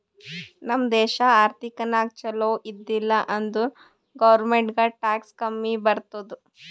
ನಮ್ ದೇಶ ಆರ್ಥಿಕ ನಾಗ್ ಛಲೋ ಇದ್ದಿಲ ಅಂದುರ್ ಗೌರ್ಮೆಂಟ್ಗ್ ಟ್ಯಾಕ್ಸ್ ಕಮ್ಮಿ ಬರ್ತುದ್